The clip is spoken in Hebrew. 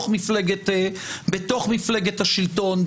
בתוך מפלגת השלטון.